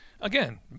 again